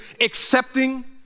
accepting